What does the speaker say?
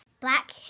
Black